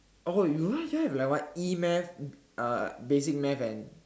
oh you guys don't have like what E-math uh basic math and